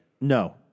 No